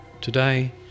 today